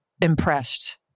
impressed